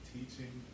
Teaching